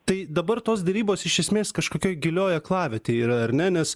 tai dabar tos derybos iš esmės kažkokioj gilioj aklavietėj yra ar ne nes